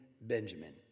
Benjamin